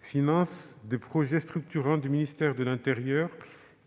finance des projets structurants du ministère de l'intérieur,